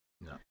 No